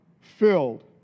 filled